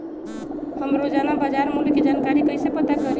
हम रोजाना बाजार मूल्य के जानकारी कईसे पता करी?